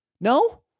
No